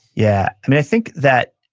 yeah. i mean, i think that,